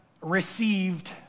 received